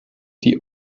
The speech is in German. die